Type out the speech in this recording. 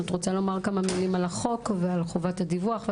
את רוצה לומר כמה מילים על החוק ועל חובת הדיווח?